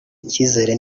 icyizere